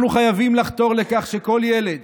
אנחנו חייבים לחתור לכך שכל ילד